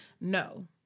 No